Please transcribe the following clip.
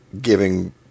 giving